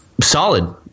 Solid